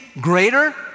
greater